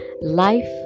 Life